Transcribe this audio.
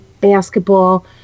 basketball